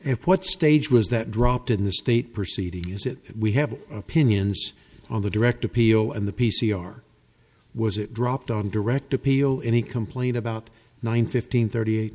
and what stage was that dropped in the state proceed to use it we have opinions on the direct appeal and the p c r was it dropped on direct appeal any complaint about nine fifteen thirty eight